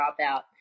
dropout